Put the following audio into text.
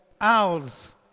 owls